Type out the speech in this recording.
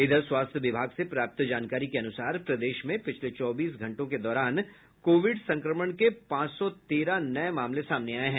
इधर स्वास्थ्य विभाग से प्राप्त जानकारी के अनुसार प्रदेश में पिछले चौबीस घंटों के दौरान कोविड संक्रमण के पांच सौ तेरह नये मामले सामने आये हैं